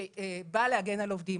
שבאה להגן על עובדים.